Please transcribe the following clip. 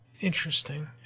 Interesting